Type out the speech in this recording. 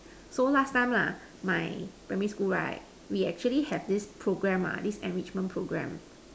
so last time lah my primary school right we actually have this program ah this enrichment program